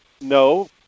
no